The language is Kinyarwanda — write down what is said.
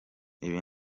ibi